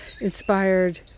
inspired